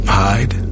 hide